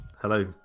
hello